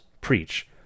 preach